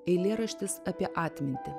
eilėraštis apie atmintį